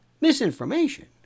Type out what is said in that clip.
misinformation